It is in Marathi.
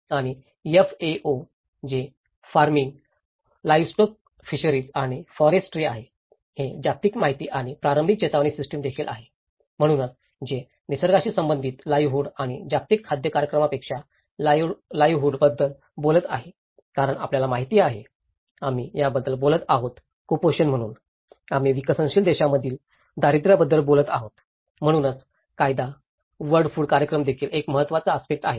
आणि एफएओ जे फार्मिंग लाइव्हस्टोक फिशरीज आणि फोरेट्री आहे जे जागतिक माहिती आणि प्रारंभिक चेतावणी सिस्टिम देखील आहे म्हणूनच ते निसर्गाशी संबंधित लाइव्हवूड आणि जागतिक खाद्य कार्यक्रमांपेक्षा लाइव्हवूडबद्दल बोलत आहे कारण आपल्याला माहिती आहे आम्ही त्याबद्दल बोलत आहोत कुपोषण म्हणून आम्ही विकसनशील देशांमधील दारिद्र्याबद्दल बोलत आहोत म्हणूनच कायदा वर्ल्ड फूड कार्यक्रम देखील एक महत्वाचा आस्पेक्टस आहे